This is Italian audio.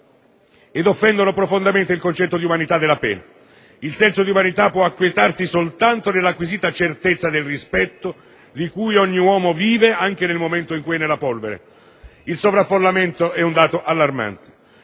e offendono profondamente il concetto di umanità della pena. Il senso di umanità può acquietarsi soltanto nell'acquisita certezza del rispetto di cui ogni uomo gode anche nel momento in cui è nella polvere. Il sovraffollamento è un dato allarmante.